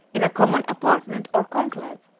in a common apartment or conclave,